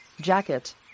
jacket